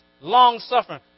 long-suffering